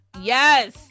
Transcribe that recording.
Yes